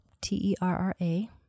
T-E-R-R-A